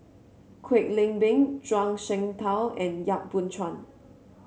Kwek Leng Beng Zhuang Shengtao and Yap Boon Chuan